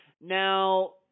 Now